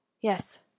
Yes